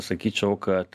sakyčiau kad